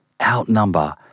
outnumber